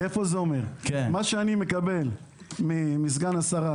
על פי הנתונים שאני מקבל מסגן השרה,